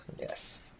Yes